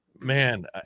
Man